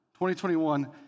2021